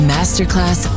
Masterclass